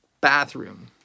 bathroom